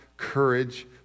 Courage